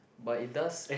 but it does